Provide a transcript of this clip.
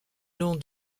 long